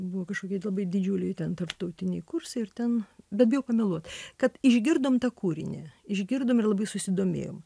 buvo kažkokie labai didžiuliai ten tarptautiniai kursai ir ten bet bijau pameluot kad išgirdom tą kūrinį išgirdom ir labai susidomėjom